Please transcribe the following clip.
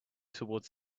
towards